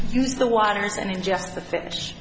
use the waters and ingest the fish